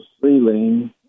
ceiling